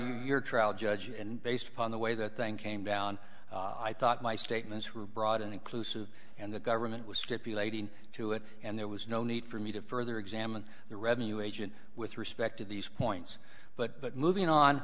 your trial judge and based upon the way that thing came down i thought my statements were broad and inclusive and the government was stipulating to it and there was no need for me to further examine the revenue agent with respect to these points but moving on